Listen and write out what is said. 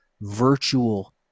virtual